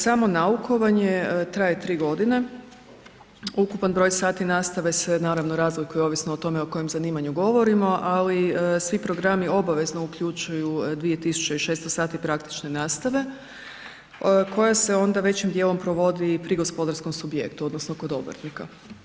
Samo naukovanje traje 3 godine, ukupan broj sati nastave se naravno razlikuje ovisno o tome o kojem zanimanju govorimo, ali svi programi obavezno uključuju 2600 sati praktične nastave koja se onda većim dijelom provodi pri gospodarskom subjektu odnosno kod obrtnika.